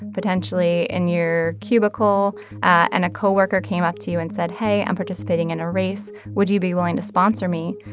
potentially in your cubicle and a co-worker came up to you and said, hey, i'm participating in a race would you be willing to sponsor me?